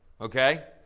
Okay